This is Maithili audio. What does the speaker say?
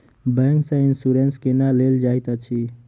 बैंक सँ इन्सुरेंस केना लेल जाइत अछि